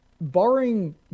barring